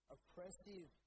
Oppressive